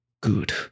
good